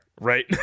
right